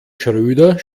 schröder